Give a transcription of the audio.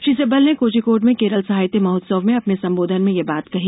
श्री सिब्बल ने कोझीकोड में केरल साहित्य महोत्सव में अपने संबोधन में यह बात कही